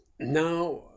now